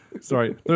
Sorry